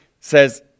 says